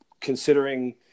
Considering